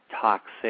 toxic